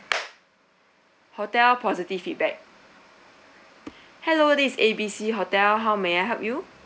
hotel positive feedback hello this A B C hotel how may I help you